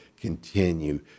continue